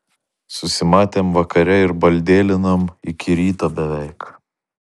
susimatėm vakare ir baldėlinom iki ryto beveik